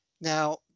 Now